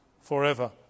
forever